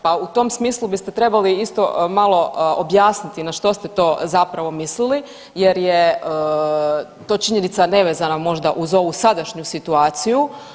Pa u tom smislu biste trebali isto malo objasniti na što ste to zapravo mislili, jer je to činjenica nevezana možda uz ovu sadašnju situaciju.